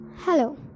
Hello